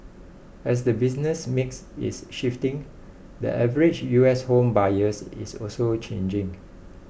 as the business mix is shifting the average U S home buyer is also changing